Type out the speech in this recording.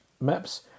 maps